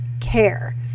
care